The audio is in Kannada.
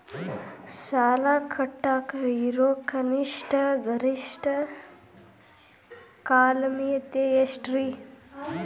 ಸಾಲ ಕಟ್ಟಾಕ ಇರೋ ಕನಿಷ್ಟ, ಗರಿಷ್ಠ ಕಾಲಮಿತಿ ಎಷ್ಟ್ರಿ?